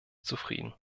zufrieden